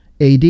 AD